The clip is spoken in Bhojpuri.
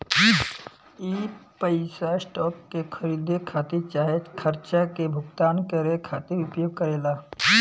उ पइसा स्टॉक के खरीदे खातिर चाहे खर्चा के भुगतान करे खातिर उपयोग करेला